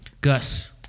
Gus